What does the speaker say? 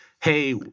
Hey